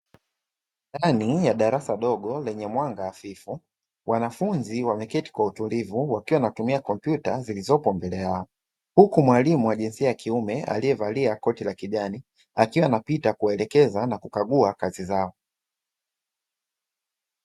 Ndani ya darasa dogo lenye mwanga hafifu wanafunzi wameketi kwa utulivu wakiwa wanatumia kompyuta zilizopo mbele yao, huku mwalimu wa jinsia ya kiume alievalia koti la kijani akiwa anapita kuwaelekeza na kukagua kazi zao.